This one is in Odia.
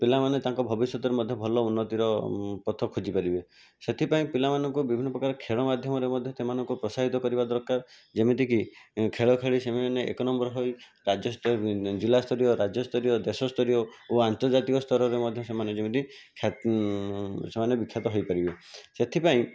ପିଲାମାନେ ତାଙ୍କ ଭବିଷ୍ୟତରେ ମଧ୍ୟ ଭଲ ଉନ୍ନତିର ପଥ ଖୋଜି ପାରିବେ ସେଥିପାଇଁ ପିଲାମାନଙ୍କୁ ବିଭିନ୍ନ ପ୍ରକାର ଖେଳ ମାଧ୍ୟମରେ ମଧ୍ୟ ସେମାନଙ୍କୁ ପ୍ରୋତ୍ସାହିତ କରିବା ଦରକାର ଯେମିତିକି ଖେଳ ଖେଳି ସେମାନେ ଏକ ନମ୍ବର ହୋଇ ରାଜ୍ୟସ୍ତର ଜିଲ୍ଲାସ୍ତରୀୟ ରାଜ୍ୟସ୍ତରୀୟ ଦେଶସ୍ତରୀୟ ଓ ଆନ୍ତର୍ଜାତୀକ ସ୍ତରରେ ମଧ୍ୟ ସେମାନେ ଯେମିତି ସେମାନେ ବିଖ୍ୟାତ ହୋଇପାରିବେ ସେଥିପାଇଁ